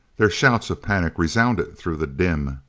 their shouts of panic resounded through the dim,